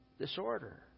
disorder